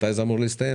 מתי זה אמור להסתיים?